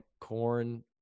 corn